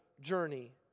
journey